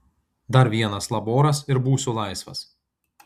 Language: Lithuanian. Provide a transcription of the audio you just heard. dar vienas laboras ir būsiu laisvas